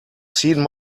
seen